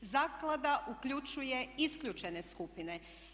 Zaklada uključuje isključene skupine.